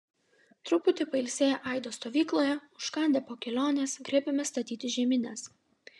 truputį pailsėję aido stovykloje užkandę po kelionės griebėmės statyti žemines